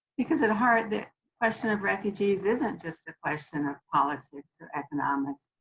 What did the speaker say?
because at heart the question of refugees isn't just a question of politics or economics,